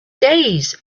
days